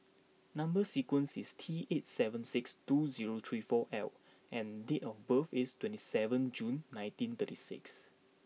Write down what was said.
number sequence is T eight seven six two zero three four L and date of birth is twenty seven June nineteen thirty six